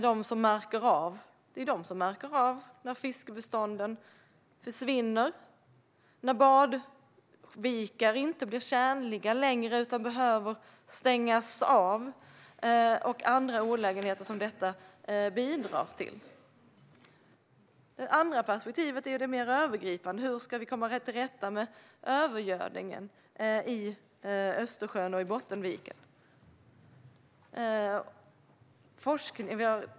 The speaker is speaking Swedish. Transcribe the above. Det är de som märker när fiskbestånden försvinner, när badvikar inte längre är tjänliga utan behöver stängas av och andra olägenheter som övergödning bidrar till. Det andra perspektivet är mer övergripande. Hur ska vi komma till rätta med övergödningen i Östersjön och i Bottenviken?